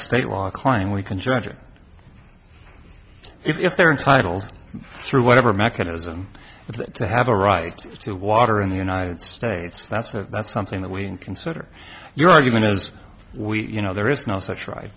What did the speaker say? state law climbing we can judge or if they're entitled through whatever mechanism to have a right to water in the united states that's a that's something that we consider your argument as we you know there is no such right